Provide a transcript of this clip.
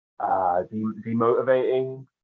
demotivating